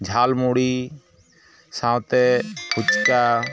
ᱡᱷᱟᱞᱢᱩᱲᱤ ᱥᱟᱶᱛᱮ ᱯᱷᱩᱪᱠᱟ